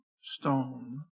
stone